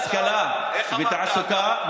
השכלה ותעסוקה,